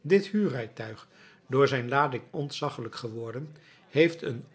dit huurrijtuig door zijn lading ontzaggelijk geworden heeft een